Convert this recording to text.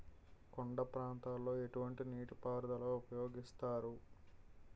కొండ ప్రాంతాల్లో ఎటువంటి నీటి పారుదల ఉపయోగిస్తారు?